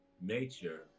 nature